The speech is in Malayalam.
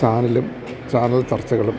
ചാനലും ചാനൽ ചർച്ചകളും